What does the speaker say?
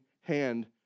hand